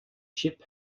ship